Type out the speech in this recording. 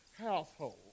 household